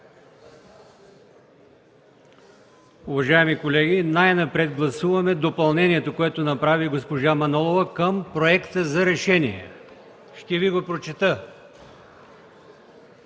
Уважаеми колеги, най-напред ще гласуваме допълнението, което направи госпожа Манолова към Проекта за решение. Ще Ви го прочета: